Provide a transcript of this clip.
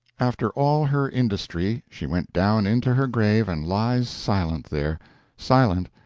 after all her industry she went down into her grave and lies silent there silent,